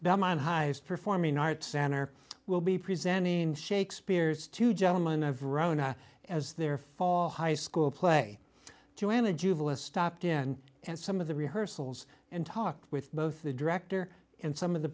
belmont highest performing arts center will be presenting shakespeare's two gentlemen of rona as their fall high school play to him a juvenile stopped in and some of the rehearsals and talk with both the director and some of the